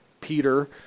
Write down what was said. Peter